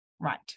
Right